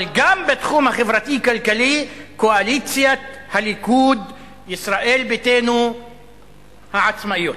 אבל גם בתחום החברתי-כלכלי קואליציית הליכוד ישראל ביתנו העצמאיות.